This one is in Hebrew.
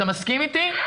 אתה מסכים איתי?